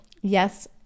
yes